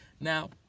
Now